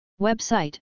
Website